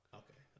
okay